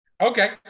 okay